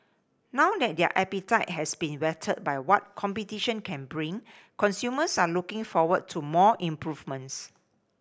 now that their appetite has been whetted by what competition can bring consumers are looking forward to more improvements